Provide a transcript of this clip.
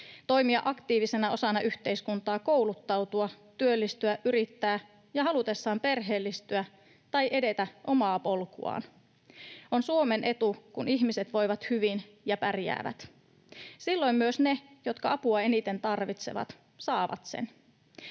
toimia aktiivisena osana yhteiskuntaa, kouluttautua, työllistyä, yrittää ja halutessaan perheellistyä tai edetä omaa polkuaan. On Suomen etu, kun ihmiset voivat hyvin ja pärjäävät. Silloin myös ne, jotka apua eniten tarvitsevat, saavat sen.